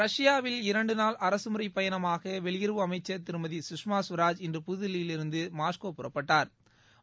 ரஷ்யாவில் இரண்டு நாள் அரசு முறை பயணமாக வெளியுறவு அமைச்சர் திருமதி சுஷ்மா ஸ்வராஜ் இன்று புதுதில்லியிருந்து மாஸ்கோ புறப்பட்டாா்